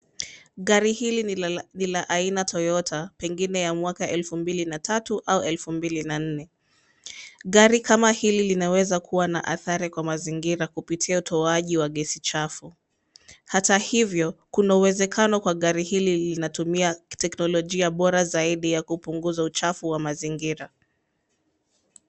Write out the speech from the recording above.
Gari hili ni la aina Toyota pengine ya mwaka elfu mbili na tatu au elfu mbili na nne. Gari kama hili linaweza kuwa na athari kwa mazingira kupitia utoaji wa gesi chafu. Hata hivyo kuna uwezekano kuwa gari hili linatumia teknolojia bora zaidi ya kupunguza uchafu wa mazingira.